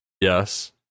yes